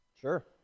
Sure